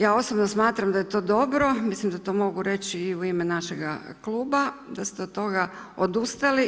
Ja osobno smatram da je to dobro, mislim da to mogu reći i u ime našega kluba da ste od toga odustali.